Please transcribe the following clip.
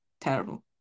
terrible